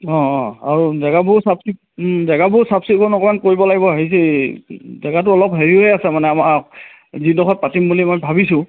অঁ অঁ আৰু জেগাবোৰ চাফচিকুণ জেগাবোৰ চাফচিকুণ অকণমান কৰিব লাগিব হেৰি জেগাটো অলপ হেৰি হৈ আছে মানে আমাৰ যিডোখৰত পাতিম বুলি মই ভাবিছোঁ